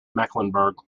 mecklenburg